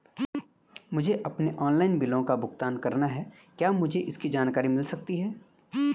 मुझे अपने ऑनलाइन बिलों का भुगतान करना है क्या मुझे इसकी जानकारी मिल सकती है?